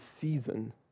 season